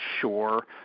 sure